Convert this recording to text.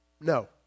No